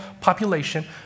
population